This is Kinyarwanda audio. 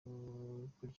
kuryoherwa